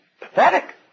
pathetic